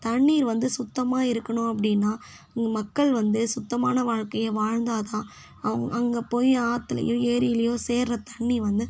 தண்ணீர் வந்து சுத்தமாக இருக்கணும் அப்படின்னா இந்த மக்கள் வந்து சுத்தமான வாழ்க்கையை வாழ்ந்தால் தான் அவங்க அங்கே போய் ஆத்துலேயோ ஏரிலேயோ சேர்கிற தண்ணி வந்து